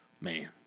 man